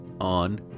on